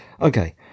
okay